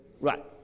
Right